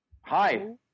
Hi